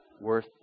Worth